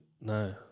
No